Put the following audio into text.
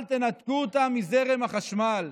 אל תנתקו אותם מזרם החשמל.